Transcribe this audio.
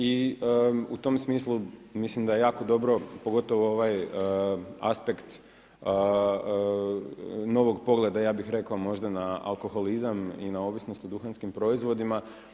I u tom smislu mislim da je ako dobro, pogotovo ovaj aspekt novog pogleda ja bih rekao možda na alkoholizam i na ovisnost o duhanskim proizvodima.